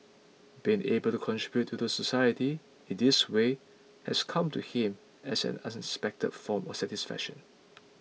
being able to contribute to the society in this way has come to him as an unexpected form of satisfaction